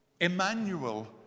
Emmanuel